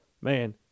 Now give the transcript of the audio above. Man